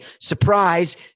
surprise